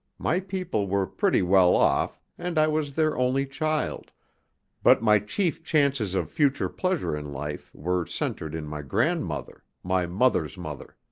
my people were pretty well off, and i was their only child but my chief chances of future pleasure in life were centred in my grandmother, my mother's mother.